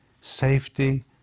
safety